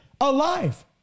alive